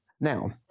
Now